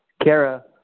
Kara